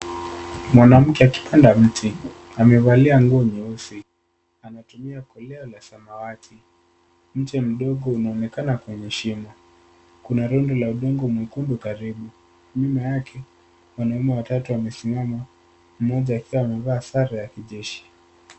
Mwanamke wakipanda mti. Amevalia nguo nyeusi. Anatumia kolea la samawati. Mche mdogo unaonekana kwenye shimo. Kuna rundo la udongo mwekundu karibu. Nyuma yake wanaume watatu wamesimama mmoja akiwa amevaa sare ya kijeshi.